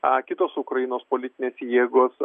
a kitos ukrainos politinės jėgos